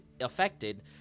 affected